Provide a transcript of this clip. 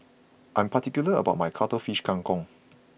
I am particular about my Cuttlefish Kang Kong